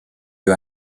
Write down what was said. you